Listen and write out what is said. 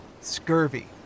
Scurvy